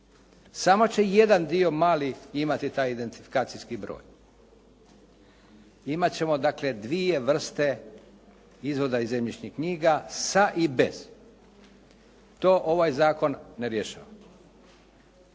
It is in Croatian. Samo će jedan dio mali imati taj identifikacijski broj. Imati ćemo dakle dvije vrste izvoda iz zemljišnih knjiga sa i bez. To ovaj zakon ne rješava.